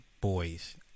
boys